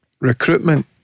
Recruitment